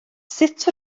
sut